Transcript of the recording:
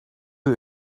you